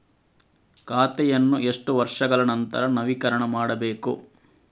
ಖಾತೆಯನ್ನು ಎಷ್ಟು ವರ್ಷಗಳ ನಂತರ ನವೀಕರಣ ಮಾಡಬೇಕು?